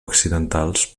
accidentals